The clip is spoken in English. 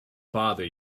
bother